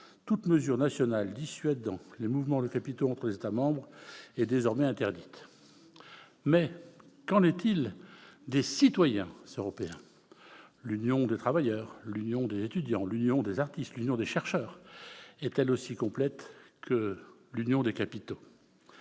toute mesure nationale dissuadant les mouvements de capitaux entre les États membres est désormais interdite. Mais qu'en est-il des citoyens européens ? L'Union des travailleurs, l'Union des étudiants, l'Union des artistes, l'Union des chercheurs sont-elles aussi complètes que l'Union des capitaux ?